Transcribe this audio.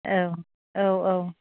औ औ औ